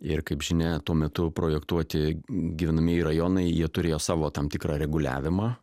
ir kaip žinia tuo metu projektuoti gyvenamieji rajonai jie turėjo savo tam tikrą reguliavimą